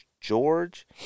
George